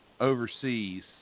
overseas